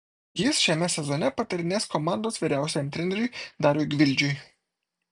jis šiame sezone patarinės komandos vyriausiajam treneriui dariui gvildžiui